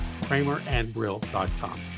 Kramerandbrill.com